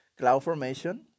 CloudFormation